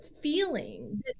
feeling